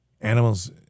Animals